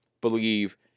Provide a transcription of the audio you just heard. believe